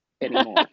anymore